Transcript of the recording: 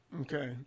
Okay